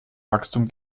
wachstum